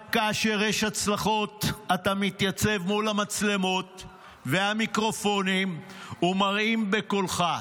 רק כאשר יש הצלחות אתה מתייצב מול המצלמות והמיקרופונים ומרעים בקולך.